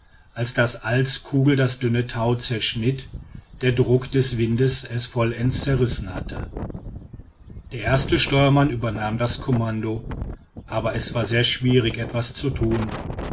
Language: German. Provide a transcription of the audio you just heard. als daß alls kugel das dünne tau zerschnitten der druck des windes es vollends zerrissen hatte der erste steuermann übernahm das kommando aber es war sehr schwierig etwas zu tun